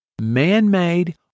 man-made